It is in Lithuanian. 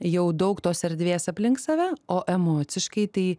jau daug tos erdvės aplink save o emociškai tai